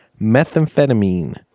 methamphetamine